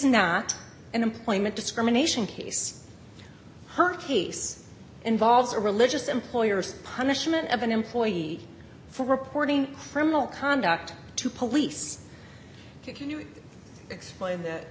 not an employment discrimination case her case involves a religious employers punishment of an employee for reporting criminal conduct to police can you explain that